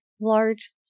large